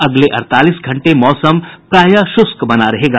अगले अड़तालीस घंटे मौसम प्रायः शुष्क बना रहेगा